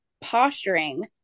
posturing